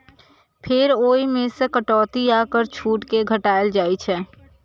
फेर ओइ मे सं कटौती आ कर छूट कें घटाएल जाइ छै